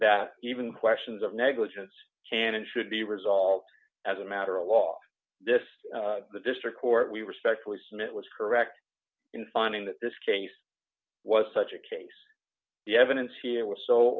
that even questions of negligence can and should be resolved as a matter of law this the district court we respectfully submit was correct in finding that this case was such a case the evidence here was so